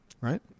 right